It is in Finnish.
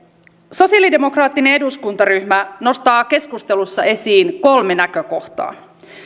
sosiaalidemokraattinen eduskuntaryhmä nostaa keskustelussa esiin kolme näkökohtaa